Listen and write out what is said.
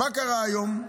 מה קרה היום?